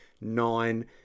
Nine